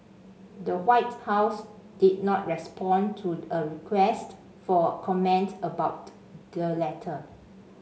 the White House did not respond to a request for comment about the letter